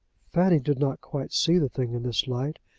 fanny did not quite see the thing in this light,